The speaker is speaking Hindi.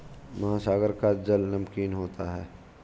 महासागर का जल नमकीन होता है